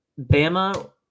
Bama